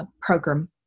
program